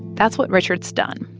that's what richard's done,